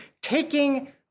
taking